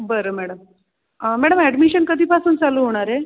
बरं madam madam admission कधीपासून चालू होणार आहे